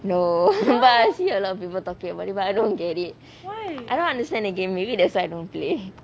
no I see a lot of people talking about it but I don't get it I don't understand the game maybe that's why I don't play